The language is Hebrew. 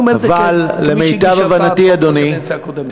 אני אומר את זה כמי שהגיש הצעת חוק בקדנציה הקודמת.